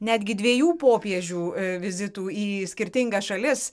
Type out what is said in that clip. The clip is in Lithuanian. netgi dviejų popiežių vizitų į skirtingas šalis